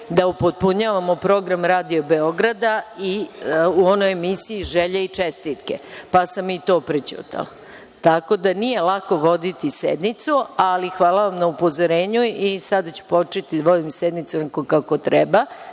da upotpunjavamo program Radio Beograda u onoj emisiji „Želje i čestitke“, pa sam i to prećutala. Tako da, nije lako voditi sednicu, ali hvala vam na upozorenju. Sada ću početi da vodim sednicu onako kako treba.